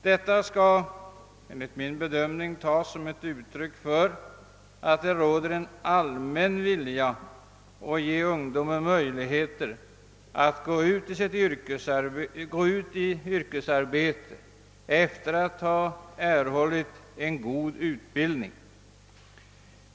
Detta skall enligt min bedömning tas som ett uttryck för att det finns en allmän vilja att ge ungdomarna möjlighet att gå ut i yrkesarbete med en god utbildning som bakgrund.